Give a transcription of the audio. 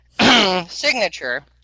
signature